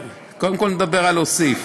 קודם כול, נדבר על להוסיף: